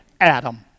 Adam